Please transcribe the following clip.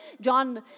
John